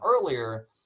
earlier